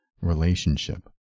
relationship